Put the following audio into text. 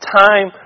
time